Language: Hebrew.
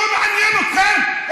ואתם, לא מעניין אתכם.